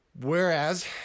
Whereas